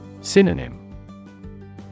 Synonym